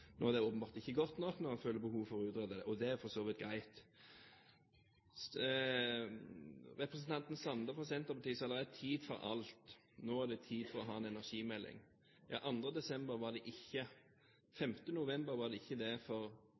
Nå er det åpenbart ikke godt nok, når en føler behov for å utrede det, og det er for så vidt greit. Representanten Sande fra Senterpartiet sa at det er en tid for alt. Nå er det tid for å ha en energimelding. Ja, 5. november var det ikke det for